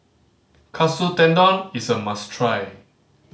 Katsu Tendon is a must try